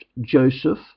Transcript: Joseph